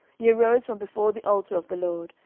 he arose from before the altar of the lord,